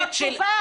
זו תשובה?